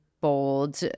bold